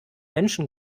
menschen